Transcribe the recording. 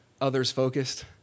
others-focused